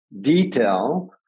detail